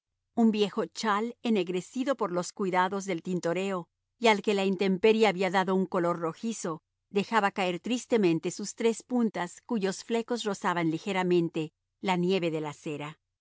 un viejo chal ennegrecido por los cuidados del tintorero y al que la intemperie había dado un color rojizo dejaba caer tristemente sus tres puntas cuyos flecos rozaban ligeramente la nieve de la acera